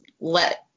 let